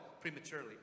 prematurely